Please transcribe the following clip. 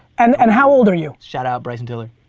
and and how old are you? shout out bryson tiller.